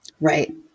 Right